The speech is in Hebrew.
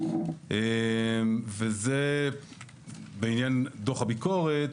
וזה בעניין דוח הביקורת,